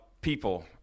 people